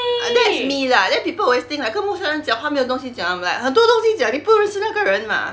ah that's me lah then people always think like 跟陌生人讲话没有东西讲 I'm like 很多东西讲你不认识那个人吗